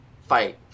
fight